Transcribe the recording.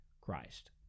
Christ